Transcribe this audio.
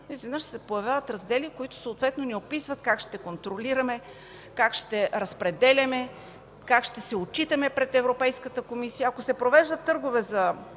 Изведнъж се появяват раздели, които съответно не описват как ще контролираме, как ще разпределяме, как ще се отчитаме пред Европейската комисия. Ако се провеждат търгове за